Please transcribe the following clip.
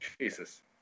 Jesus